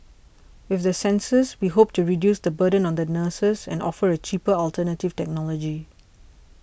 with the sensors we hope to reduce the burden on the nurses and offer a cheaper alternative technology